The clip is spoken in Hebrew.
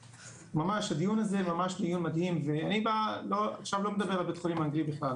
ממש הדיון הזה ממש דיון מדהים ואני לא מדבר על בית החולים האנגלי בכלל,